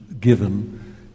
given